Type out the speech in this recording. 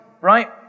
right